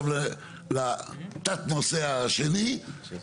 זה מה שהתחלתי לומר לאדוני שנייה לפני שנעצרתי.